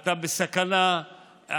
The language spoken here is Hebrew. אתה בסכנה,